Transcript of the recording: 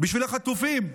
בשביל החטופים.